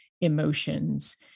emotions